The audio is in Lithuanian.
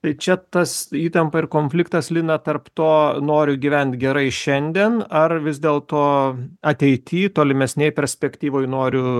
tai čia tas įtampa ir konfliktas lina tarp to noriu gyvent gerai šiandien ar vis dėl to ateity tolimesnėj perspektyvoj noriu